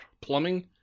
Plumbing